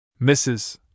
Mrs